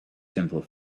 simple